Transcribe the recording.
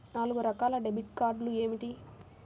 నాలుగు రకాల డెబిట్ కార్డులు ఏమిటి?